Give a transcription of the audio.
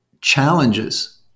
challenges